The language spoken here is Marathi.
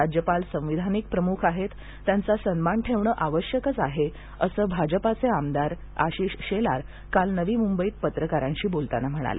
राज्यपाल संविधानिक प्रमुख आहेत त्यांचा सन्मान ठेवणं आवश्यकच आहे असं भाजपाचे आमदार आशिष शेलार काल नवी मुंबईत पत्रकारांशी बोलताना म्हणाले